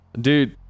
Dude